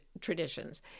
traditions